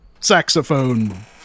saxophone